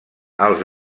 els